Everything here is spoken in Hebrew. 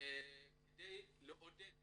כדי לעודד